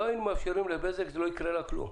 אם לא יאפשרו לבזק, לא יקרה לה כלום.